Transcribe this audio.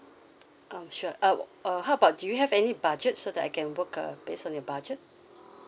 um sure uh err how about do you have any budget so that I can work uh based on your budget